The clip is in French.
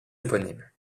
éponyme